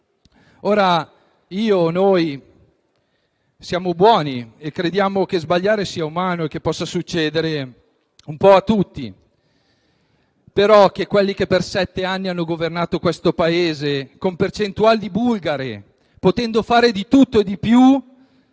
Ora, noi siamo buoni e crediamo che sbagliare sia umano e che possa succedere un po' a tutti. Però oggi dato che per sette anni hanno governato il Paese con percentuali bulgare, potendo fare di tutto e di più